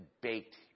baked